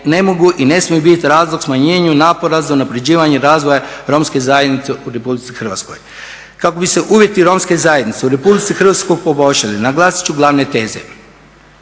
ne mogu i ne smiju biti razlog smanjenju napora za unapređivanje razvoja romske zajednice u RH. Kako bi se uvjeti romske zajednice u RH poboljšali naglasit ću glavne teze.